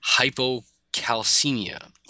hypocalcemia